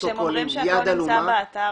יד עלומה --- וכשהם אומרים שהכול נמצא באתר